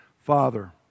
Father